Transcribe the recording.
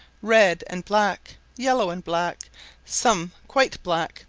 red and black, yellow and black some quite black,